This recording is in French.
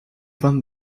vingt